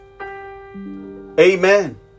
Amen